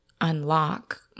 unlock